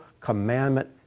commandment